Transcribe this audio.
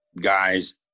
guys